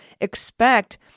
expect